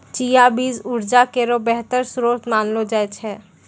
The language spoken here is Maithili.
चिया बीज उर्जा केरो बेहतर श्रोत मानलो जाय छै